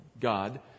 God